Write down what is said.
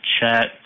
chat